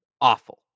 awful